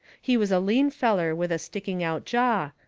he was a lean feller with a sticking out jaw,